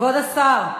כבוד השר,